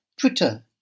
Twitter